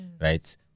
right